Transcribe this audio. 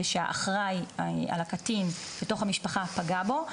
ושהאחראי על הקטין בתוך המשפחה פגע בו,